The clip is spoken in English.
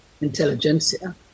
intelligentsia